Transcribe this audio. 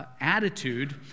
attitude